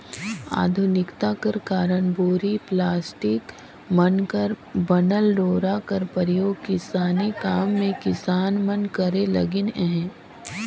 आधुनिकता कर कारन बोरी, पलास्टिक मन कर बनल डोरा कर परियोग किसानी काम मे किसान मन करे लगिन अहे